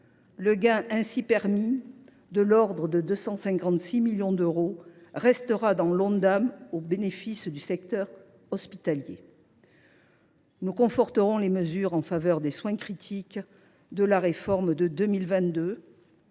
Le gain ainsi permis – de l’ordre de 256 millions d’euros – restera dans l’Ondam, au bénéfice du secteur hospitalier. Nous conforterons les mesures en faveur des soins critiques de la réforme de 2022